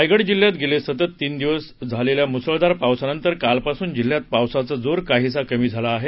रायगड जिल्ह्यात गेले सतत तीन दिवस झालेल्या मुसळधार पावसानंतर कालपासून जिल्ह्यात पावसाचा जोर काहीसा कमी झाला आहे